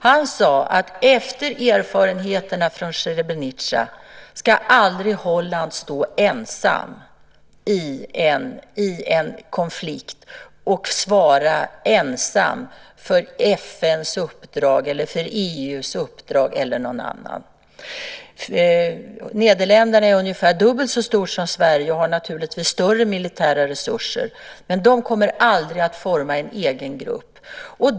Han har sagt att efter erfarenheterna från Srebrenica ska Holland aldrig stå ensamt i en konflikt och ensamt svara för FN:s, EU:s eller någon annans uppdrag. Nederländerna är ungefär dubbelt så stort som Sverige och har naturligtvis större militära resurser, men de kommer aldrig att forma en egen grupp.